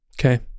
Okay